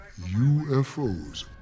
UFOs